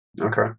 Okay